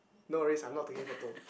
no worries I'm not taking photo